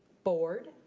board.